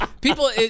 people –